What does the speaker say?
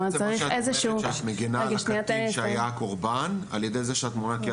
בעצם את אומרת שאת מגינה על הקטין שהיה הקורבן כי עלול